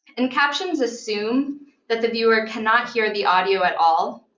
and captions assume that the viewer cannot hear the audio at all,